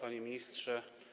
Panie Ministrze!